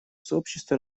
сообщество